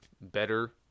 better